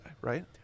right